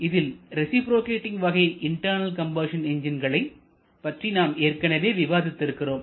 இதில் ரேசிப்ரோகேட்டிங் வகை internal combustion என்ஜின்களை பற்றி நாம் ஏற்கனவே விவாதித்து இருக்கிறோம்